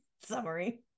summary